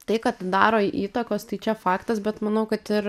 tai kad daro įtakos tai čia faktas bet manau kad ir